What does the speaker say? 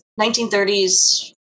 1930s